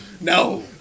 no